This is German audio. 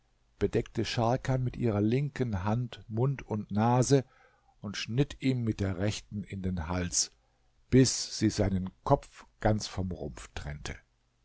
bedeckte scharkan mit ihrer linken hand mund und nase und schnitt ihm mit der rechten in den hals bis sie seinen kopf ganz vom rumpf trennte